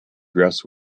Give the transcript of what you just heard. dress